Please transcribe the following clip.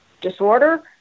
disorder